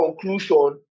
conclusion